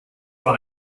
war